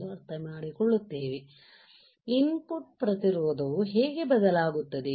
ಎಂದು ಅರ್ಥಮಾಡಿಕೊಳ್ಳುತ್ತೇವೆ input ಪ್ರತಿರೋಧವು ಹೇಗೆ ಬದಲಾಗುತ್ತದೆ